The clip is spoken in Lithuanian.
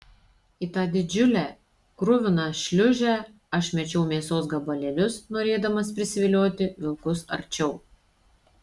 į tą didžiulę kruviną šliūžę aš mėčiau mėsos gabalėlius norėdamas prisivilioti vilkus arčiau